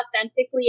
authentically